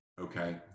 Okay